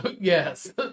Yes